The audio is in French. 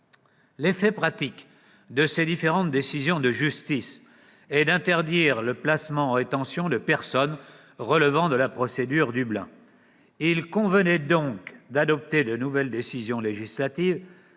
L'effet pratique de ces différentes décisions de justice est d'interdire le placement en rétention de personnes relevant de la procédure Dublin. Il convenait donc d'adopter de nouvelles dispositions législatives,